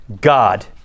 God